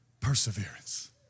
perseverance